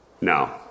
No